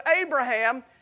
Abraham